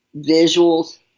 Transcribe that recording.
visuals